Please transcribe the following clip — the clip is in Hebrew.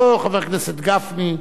או, חבר הכנסת גפני,